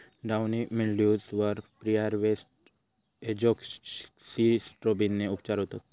downy mildews वर preharvest एजोक्सिस्ट्रोबिनने उपचार होतत